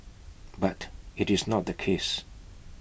but IT is not the case